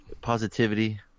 positivity